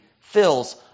fills